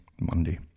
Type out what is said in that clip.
Monday